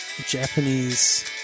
Japanese